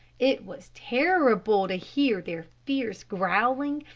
it was terrible to hear their fierce growling,